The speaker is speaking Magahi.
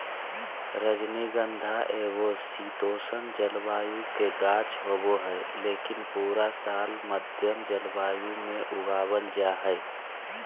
रजनीगंधा एगो शीतोष्ण जलवायु के गाछ होबा हय, लेकिन पूरा साल मध्यम जलवायु मे उगावल जा हय